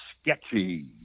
sketchy